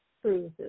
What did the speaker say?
Cruises